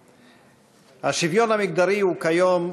השוויון המגדרי הוא כיום,